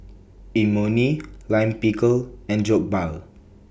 Imoni Lime Pickle and Jokbal